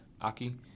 Aki